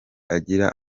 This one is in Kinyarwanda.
agira